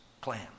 plan